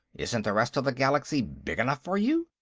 isn't the rest of the galaxy big enough for you?